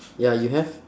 ya you have